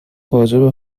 واجبه